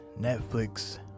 netflix